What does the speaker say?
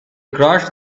crossed